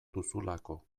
duzulako